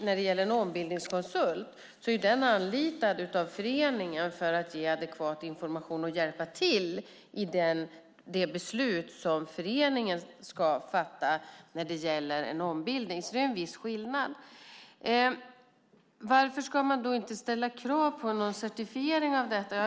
När det gäller en ombildningskonsult är denna anlitad av föreningen för att ge adekvat information och hjälpa till i det beslut som föreningen ska fatta när det gäller en ombildning. Det är en viss skillnad. Varför ska man då inte ställa krav på en certifiering av detta?